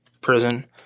prison